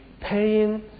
paying